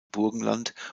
burgenland